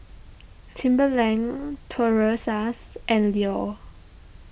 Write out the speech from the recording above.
Timberland Toros Us and Leo